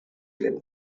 greu